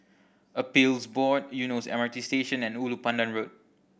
Appeals Board Eunos M R T Station and Ulu Pandan Road